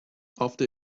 after